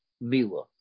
mila